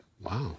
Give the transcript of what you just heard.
wow